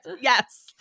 Yes